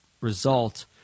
result